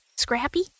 Scrappy